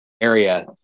area